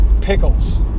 Pickles